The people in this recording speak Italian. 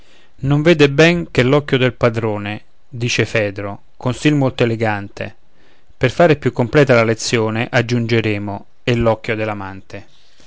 non vede ben che l'occhio del padrone dice fedro con stil molto elegante per fare più completa la lezione aggiungeremo e